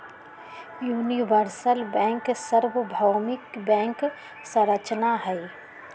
universal bank सर्वभौमिक bank संरचना हई